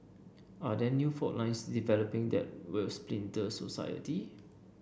are there new fault lines developing that will splinter society